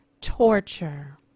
torture